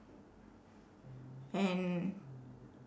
and